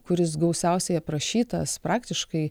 kuris gausiausiai aprašytas praktiškai